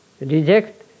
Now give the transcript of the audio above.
reject